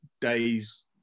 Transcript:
days